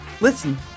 Listen